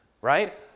Right